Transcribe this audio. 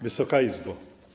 Wysoka Izbo!